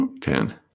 Ten